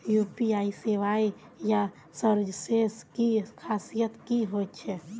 UPI सेवाएँ या services की खासियत की होचे?